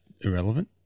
irrelevant